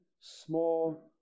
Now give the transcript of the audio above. small